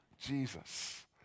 Jesus